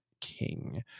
King